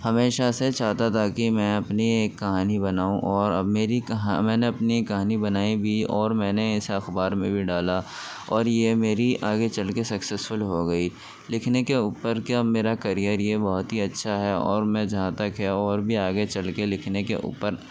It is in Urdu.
ہمیشہ سے چاہتا تھا کہ میں اپنی ایک کہانی بناؤں اور اب میری کہا میں نے اپنی کہانی بنائی بھی اور میں نے اسے اخبار میں بھی ڈالا اور یہ میری آگے چل کے سکسیزفل ہو گئی لکھنے کے اوپر کیا اب میرا کریئر ہی بہت ہی اچھا ہے اور میں جہاں تک ہے اور بھی آگے چل کے لکھنے کے اوپر